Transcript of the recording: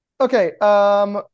Okay